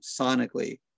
sonically